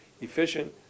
efficient